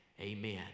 Amen